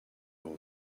all